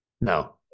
No